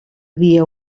via